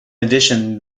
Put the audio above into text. addition